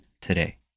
today